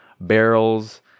barrels